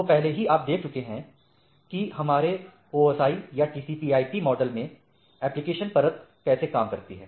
तो पहले ही आप देख चुके हैं कि हमारे ओएसआई या टीसीपी आईपीTCPIP मॉडल में एप्लीकेशन परत कैसे काम करती है